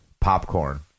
popcorn